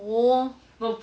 no